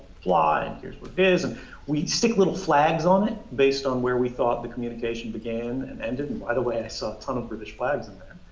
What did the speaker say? blah, and here's what it is, and we stick little flags on it based on where we thought the communication began and ended and, by the way, i saw a ton of british flags and they're